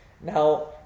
now